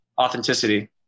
authenticity